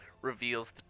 reveals